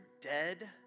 dead